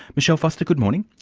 michelle foster, good morning.